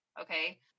okay